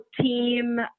team